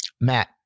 Matt